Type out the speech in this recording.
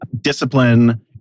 discipline